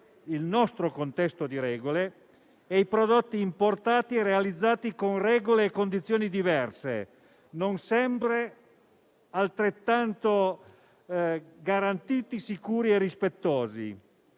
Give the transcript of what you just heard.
il nostro - e i prodotti importati e realizzati con regole e condizioni diverse, non sempre altrettanto garantiti, sicuri e rispettosi.